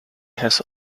has